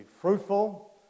fruitful